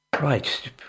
Right